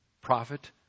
Prophet